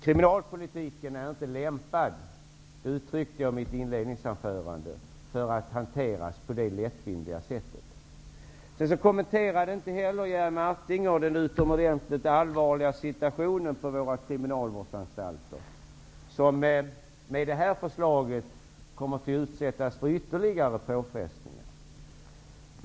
Kriminalpolitiken är inte lämpad, uttryckte jag i mitt inledningsanförande, att hanteras på det lättvindiga sättet. Jerry Martinger kommenterade inte heller den utomordentligt allvarliga situationen på våra kriminalvårdsanstalter. Med det här förslaget kommer de att utsättas för ytterligare påfrestningar.